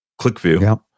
ClickView